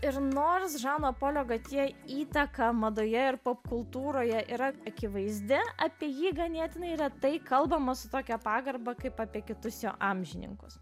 ir nors žano polio kad jai įtaką madoje ir popkultūroje yra akivaizdi apie jį ganėtinai retai kalbama su tokia pagarba kaip apie kitus jo amžininkus